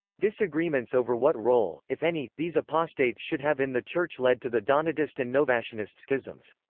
disagreements over what role, if any, these apostates should have in the church led to the donatist and novatianist schisms.